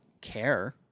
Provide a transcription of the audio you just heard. care